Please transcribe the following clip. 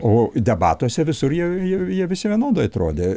o debatuose visur jau ir jie visi vienodai atrodė